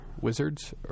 Wizards